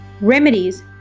Remedies